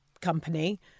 company